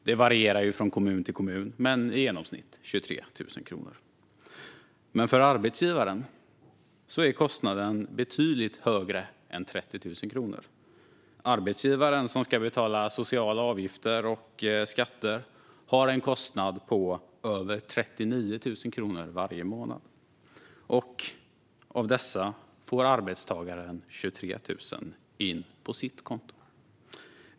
Det varierar från kommun till kommun, men det är i genomsnitt 23 000 kronor. Men för arbetsgivaren är kostnaden betydligt högre än 30 000 kronor. Arbetsgivaren, som ska betala sociala avgifter och skatter, har en kostnad på över 39 000 kronor varje månad. Av dessa får arbetstagaren in 23 000 på sitt konto.